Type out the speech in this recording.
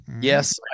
yes